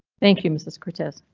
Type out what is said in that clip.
thank you mrs cortez.